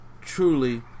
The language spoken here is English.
truly